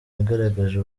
yagaragaje